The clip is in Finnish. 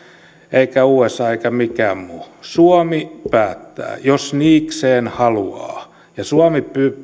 usa eikä mikään muu suomi päättää jos niikseen haluaa ja suomi